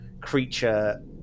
Creature